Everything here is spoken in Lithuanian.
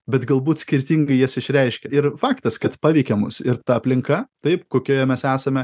bet galbūt skirtingai jas išreiškia ir faktas kad paveikia mus ir ta aplinka taip kokioje mes esame